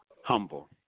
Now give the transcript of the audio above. Humble